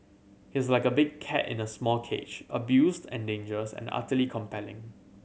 he's like a big cat in a small cage abused and dangerous and utterly compelling